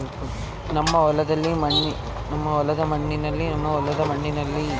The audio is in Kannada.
ನಮ್ಮ ಹೊಲದ ಮಣ್ಣಿನಲ್ಲಿ ಪೊಟ್ಯಾಷ್ ಅಂಶದ ಕೊರತೆ ಹೆಚ್ಚಾಗಿದ್ದು ಅದನ್ನು ವೃದ್ಧಿಸಲು ಏನು ಮಾಡಬೇಕು?